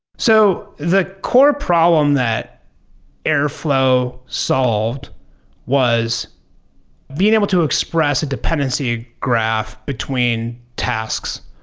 so the core problem that airflow solved was being able to express a dependency graph between tasks.